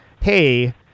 Hey